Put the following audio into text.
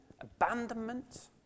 abandonment